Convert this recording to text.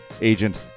Agent